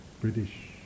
British